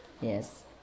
Yes